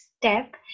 step